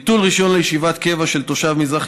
ביטול רישיון לישיבת קבע של תושב מזרח